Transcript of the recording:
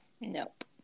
nope